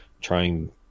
trying